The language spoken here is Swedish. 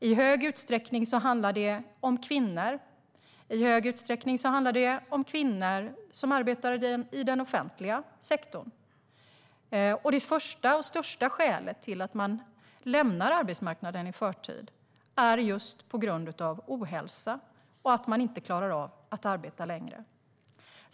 I hög utsträckning handlar det om kvinnor. I hög utsträckning handlar det om kvinnor som arbetar i den offentliga sektorn. Det första och största skälet till att man lämnar arbetsmarknaden i förtid är just ohälsa och att man inte klarar av att arbeta längre.